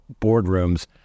boardrooms